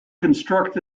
construct